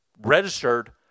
registered